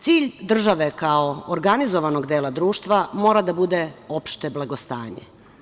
Cilj države kao organizovanog dela društva mora da bude opšte blagostanje.